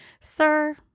Sir